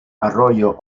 arroyo